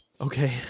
Okay